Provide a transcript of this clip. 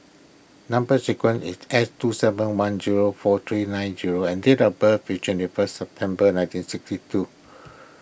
Number Sequence is S two seven one zero four three nine O and date of birth is twenty first September nineteen sixty two